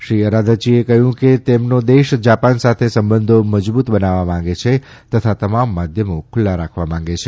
શ્રી આરાધચીએ કહ્યું કે તેમના દેશ જાપાન સાથે મજબૂત બનાવવા માંગે છે તથા તમામ માધ્યમો ખુલ્લા રાખવા માંગે છે